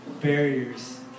barriers